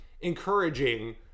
encouraging